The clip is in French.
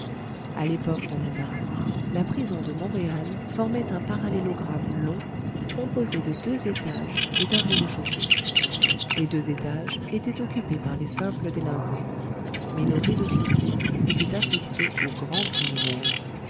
a l'époque dont nous parlons la prison de montréal formait un parallélogramme long composé de deux étages et d'un rez-de-chaussée les deux étages étaient occupés par les simples délinquants mais le rez-de-chaussée était affecté aux grands criminels